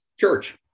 Church